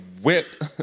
whip